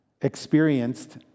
experienced